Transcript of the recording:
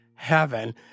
heaven